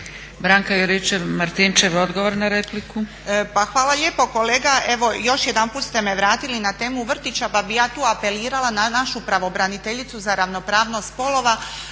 Branka Juričev-Martinčev, odgovor na repliku.